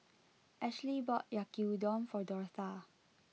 Ashlee bought Yaki Udon for Dortha